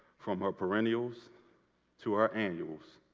from her perennials to our annuals